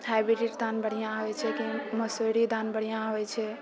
hybrid धान बढ़िआँ होइ छै की मसूरी धान बढ़िआँ होइ छै